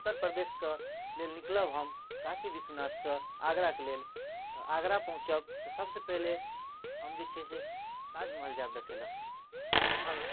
उत्तर प्रदेशके लेल निकलब हम काशी विश्वनाथसँ आगराके लेल तऽ आगरा पहुँचब तऽ सबसँ पहिले हम जे छै से ताजमहल जायब देखै लऽ ताजमहल